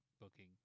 booking